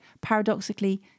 paradoxically